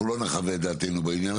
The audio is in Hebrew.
אנחנו לא נחווה את דעתנו בעניין הזה,